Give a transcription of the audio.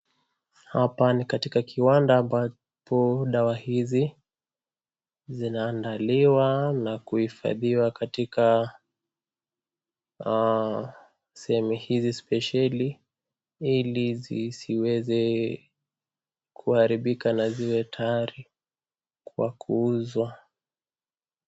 Hapa ni katika kiwanda ambapo dawa hizi zinaandaliwa na kuhifadhiwa katika sehemu hizi spesheli ili zisiweze kuharibika na ziwe tayari kwa kuuzwa.